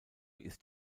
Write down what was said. ist